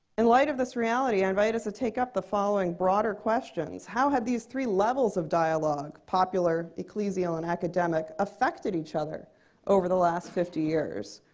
in light of this reality, i invite us to take up the following broader questions. how have these three levels of dialogue, popular, ecclesial, and academic, affected each other over the last fifty years?